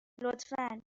لطفا